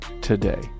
today